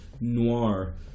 noir